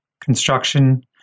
construction